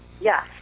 Yes